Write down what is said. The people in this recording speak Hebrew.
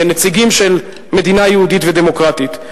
כנציגים של מדינה יהודית ודמוקרטית.